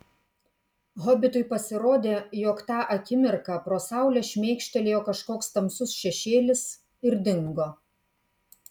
hobitui pasirodė jog tą akimirką pro saulę šmėkštelėjo kažkoks tamsus šešėlis ir dingo